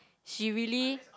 she really